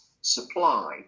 supplied